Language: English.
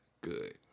good